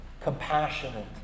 compassionate